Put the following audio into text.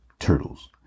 turtles